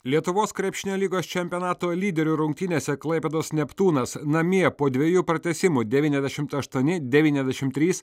lietuvos krepšinio lygos čempionato lyderių rungtynėse klaipėdos neptūnas namie po dviejų pratęsimų devyniasdešimt aštuoni devyniasdešim trys